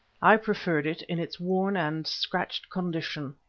i preferred it in its worn and scratched condition.